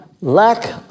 lack